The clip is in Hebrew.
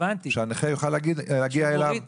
שהנכה יוכל להגיע אליו --- לא,